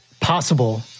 possible